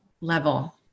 level